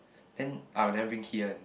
then I'll never bring key one